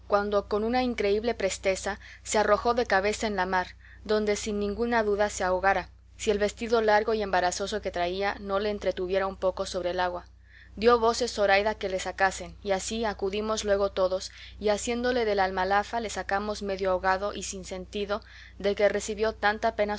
con una increíble presteza se arrojó de cabeza en la mar donde sin ninguna duda se ahogara si el vestido largo y embarazoso que traía no le entretuviera un poco sobre el agua dio voces zoraida que le sacasen y así acudimos luego todos y asiéndole de la almalafa le sacamos medio ahogado y sin sentido de que recibió tanta pena